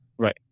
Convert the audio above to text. Right